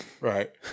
right